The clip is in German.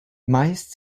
meist